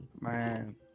Man